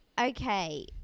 Okay